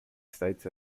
states